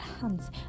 hands